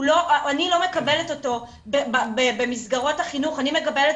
אני לא מקבלת אותו במסגרות החינוך אני מקבלת